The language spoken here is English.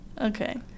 okay